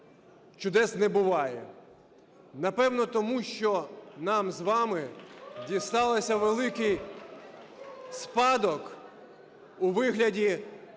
чудес не буває. Напевно, тому, що нам з вами дістався великий спадок у вигляді